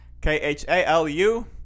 K-H-A-L-U